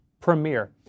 premiere